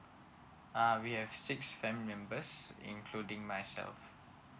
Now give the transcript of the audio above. uh we have six family members including myself